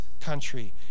country